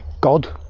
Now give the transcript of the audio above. God